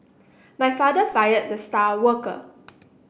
my father fired the star worker